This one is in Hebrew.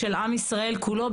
עם ישראל כולו,